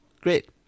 great